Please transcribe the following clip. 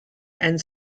and